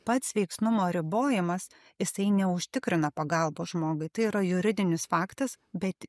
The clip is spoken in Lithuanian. pats veiksnumo ribojimas jisai neužtikrina pagalbos žmogui tai yra juridinis faktas bet